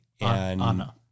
Anna